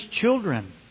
children